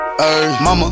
Mama